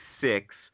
six